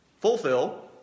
fulfill